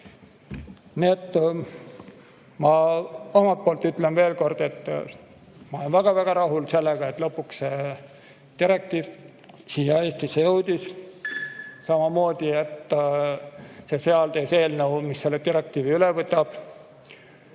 Ma omalt poolt ütlen veel kord, et ma olen väga rahul sellega, et lõpuks see direktiiv siia Eestisse jõudis. Samamoodi, et see seaduseelnõu, mis selle direktiivi üle võtab,